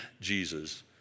Jesus